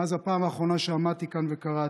מאז הפעם האחרונה שעמדתי כאן וקראתי.